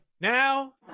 Now